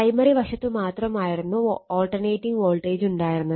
primary വശത്തു മാത്രമായിരുന്നു alternating voltage ഉണ്ടായിരുന്നത്